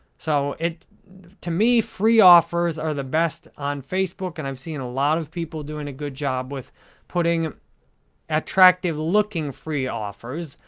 so, to me, free offers are the best on facebook and i've seen a lot of people doing a good job with putting attractive looking free offers,